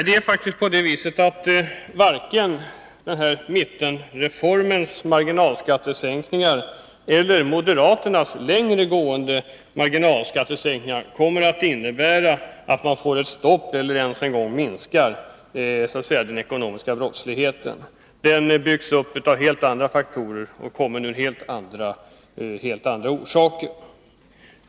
Det är faktiskt på det sättet att varken mittenpartiernas marginalskattereform eller moderaternas längre gående marginalskattesänkningar kommer att innebära ett stopp för eller ens en minskning av den ekonomiska brottsligheten. Den byggs upp av helt andra faktorer och har helt andra orsaker.